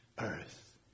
earth